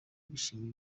bishimiye